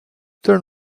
turn